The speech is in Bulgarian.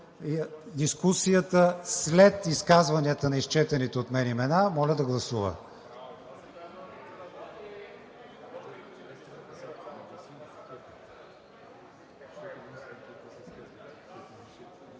дискусията след изказванията на изчетените от мен имена, моля да гласува.